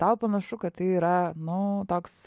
tau panašu kad tai yra nu toks